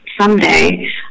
someday